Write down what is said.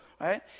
right